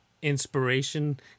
Inspiration